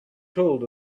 told